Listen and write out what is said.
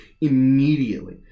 immediately